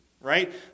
right